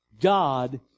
God